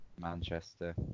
Manchester